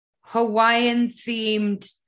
Hawaiian-themed